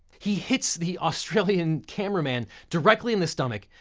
he hits the australian cameraman directly in the stomach,